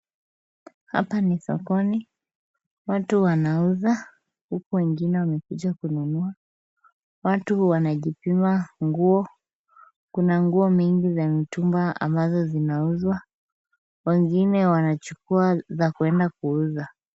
Hapa ni sokoni, watu wanauza huku wengine wamekuja kununua. Watu wanajipima nguo, kuna nguo mingi za mtumba ambazo zinauzwa. Wengine wanachukuwa za kuenda kuuza.